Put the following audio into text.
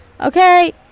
Okay